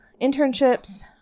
internships